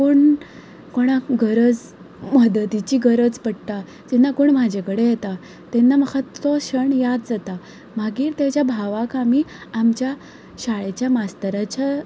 कोण कोणाक गरज मदतीची गरज पडटा तेन्ना कोण म्हजे कडेन येता तेन्ना म्हाका तो शण याद जाता मागीर ते ताच्या भावा खातीर आमी आमच्या शाळेच्या मास्तराच्या